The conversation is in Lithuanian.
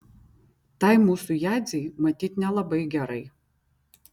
tai mūsų jadzei matyt nelabai gerai